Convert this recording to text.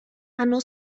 hanno